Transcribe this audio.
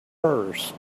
purse